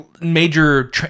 Major